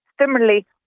Similarly